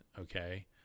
okay